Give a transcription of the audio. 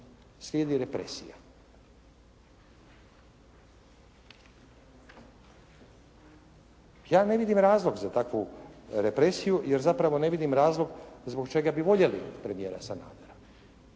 slijedi represija. Ja ne vidim razlog za takvu represiju jer zapravo ne vidim razlog zbog čega bi voljeli premijera Sanadera.